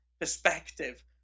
perspective